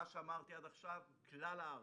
מה שאמרתי עד עכשיו מיועד לכלל הארץ.